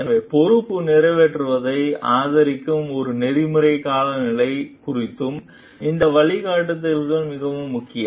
எனவே பொறுப்பை நிறைவேற்றுவதை ஆதரிக்கும் ஒரு நெறிமுறை காலநிலை குறித்தும் இந்த வழிகாட்டுதல்கள் மிகவும் முக்கியம்